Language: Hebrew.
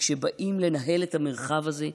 כשבאים לנהל את המרחב הזה,